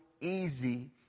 easy